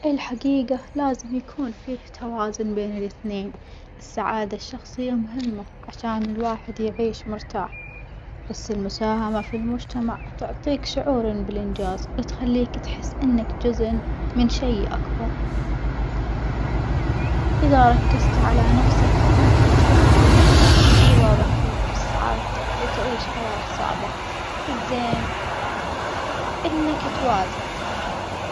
الحجيجة لازم يكون فيه توازن بين الإثنين، السعادة الشخصية مهمة عشان الواحد يعيش مرتاح بس المساهمة في المجتمع تعطيك شعورٍ بالإنجاز وتخليك تحس إنك جزءٍ من شي أكبر، إذا ركزت على نفسك ممكن تحس بالنجص وإذا ضحيت بسعادتك بتعيش حياة صعبة، الزين إنك توازن.